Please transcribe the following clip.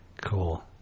Cool